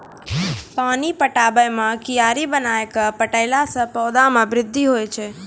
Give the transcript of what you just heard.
पानी पटाबै मे कियारी बनाय कै पठैला से पौधा मे बृद्धि होय छै?